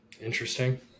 Interesting